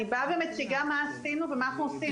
אני מציגה מה עשינו ומה אנחנו עושים.